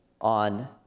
on